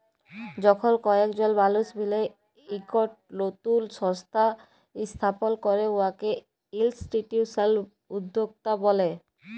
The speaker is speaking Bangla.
যখল কয়েকজল মালুস মিলে ইকট লতুল সংস্থা ইস্থাপল ক্যরে উয়াকে ইলস্টিটিউশলাল উদ্যক্তা ব্যলে